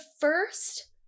first